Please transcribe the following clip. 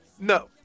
No